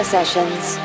Sessions